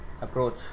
approach